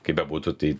kaip bebūtų tai